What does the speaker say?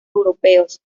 europeos